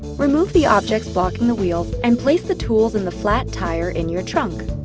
remove the objects blocking the wheels, and place the tools and the flat tire in your trunk.